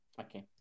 Okay